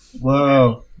Whoa